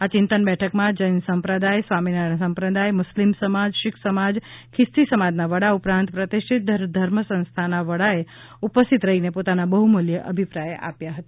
આ ચિંતન બેઠકમાં જૈન સંપ્રદાય સ્વામિનારાયણ સંપ્રદાય મુસ્લિમ સમાજ શીખ સમાજ ખ્રિસ્તી સમાજના વડા ઉપરાંત પ્રતિષ્ઠિત ધર્મ સંસ્થાના વડાએ ઉપસ્થિત રહીને પોતાના બહમૂલ્ય અભિપ્રાય આપ્યા હતા